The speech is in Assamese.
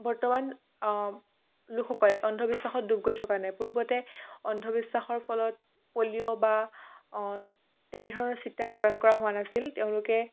বৰ্তমান লোকসকলে অন্ধবিশ্বাসত ডুব গৈ থকা নাই পূৰ্বতে অন্ধবিশ্বাসৰ ফলত পলিঅ' বা তেনে ধৰণৰ চিটা প্ৰদান কৰা হোৱা নাছিল তেওঁলোকে